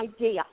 idea